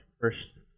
first